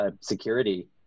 security